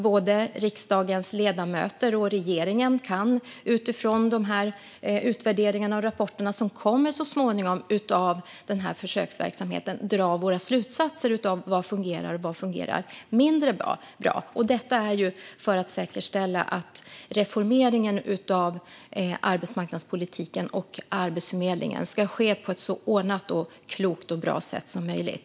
Både riksdagens ledamöter och regeringen kan av de utvärderingar och rapporter av den här försöksverksamheten som så småningom kommer dra våra slutsatser av vad som fungerar och vad som fungerar mindre bra. Vi gör detta för att säkerställa att reformeringen av arbetsmarknadspolitiken och Arbetsförmedlingen sker på ett så ordnat, klokt och bra sätt som möjligt.